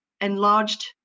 enlarged